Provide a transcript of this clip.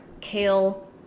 kale